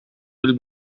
will